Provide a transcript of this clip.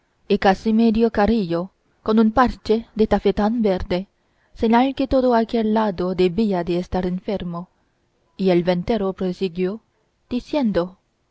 casi medio carrillo con un parche de tafetán verde señal que todo aquel lado debía de estar enfermo y el ventero prosiguió diciendo